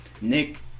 Nick